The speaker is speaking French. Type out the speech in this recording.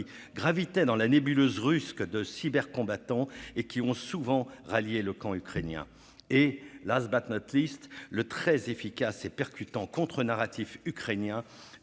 gravitaient dans la nébuleuse russe de cybercombattants et qui ont souvent rallié le camp ukrainien ; et- -le très efficace et percutant contre-narratif ukrainien